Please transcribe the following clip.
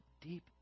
deep